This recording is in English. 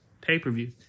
pay-per-view